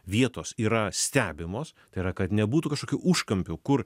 vietos yra stebimos tai yra kad nebūtų kažkokių užkampių kur